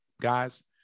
guys